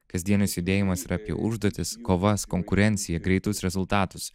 kasdienis judėjimas yra apie užduotis kovas konkurenciją greitus rezultatus